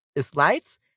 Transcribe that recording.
slides